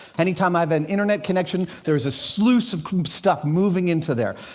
any time i have an internet connection, there's a sluice of stuff moving into there,